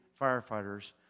firefighters